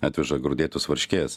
atveža grūdėtos varškės